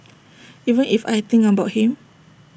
even if I think about him